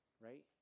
right